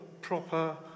proper